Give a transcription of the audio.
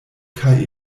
kaj